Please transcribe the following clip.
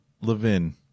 Levin